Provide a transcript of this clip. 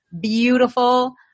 beautiful